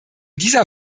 dieser